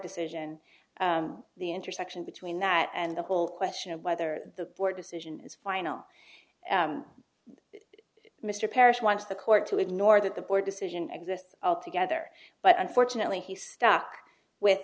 decision the intersection between that and the whole question of whether the court decision is final mr parrish wants the court to ignore that the board decision exists all together but unfortunately he stuck with